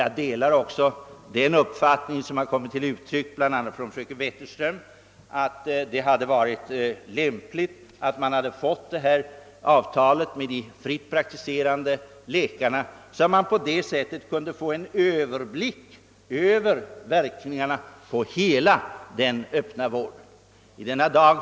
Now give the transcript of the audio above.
Jag delar också den uppfattning som kommit till uttryck bl.a. från fröken Wetterström, att det hade varit lämpligt att man också fått till stånd det beramade avtalet med de fritt praktiserande läkarna i detta sammanhang för att kunna få en överblick över verkningarna på den öppna vården i dess helhet.